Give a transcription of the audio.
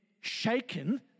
shaken